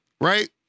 right